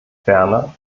ferner